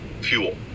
fuel